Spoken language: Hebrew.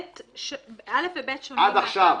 (א) ו-(ב) שונים מהפעם הקודמת.